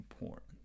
important